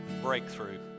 breakthrough